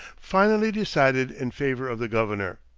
finally decided in favor of the governor.